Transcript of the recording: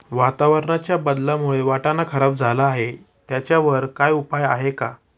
वातावरणाच्या बदलामुळे वाटाणा खराब झाला आहे त्याच्यावर काय उपाय आहे का?